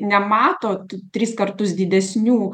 nematot tris kartus didesnių